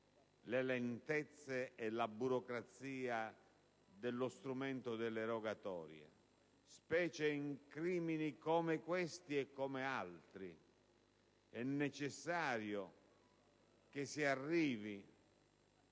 le lentezze e la burocrazia dello strumento delle rogatorie. Specie in crimini come questi, ma anche per altri, è necessario che si arrivi